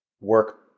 work